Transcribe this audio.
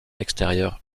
extérieure